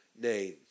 name